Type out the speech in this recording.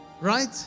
right